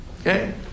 Okay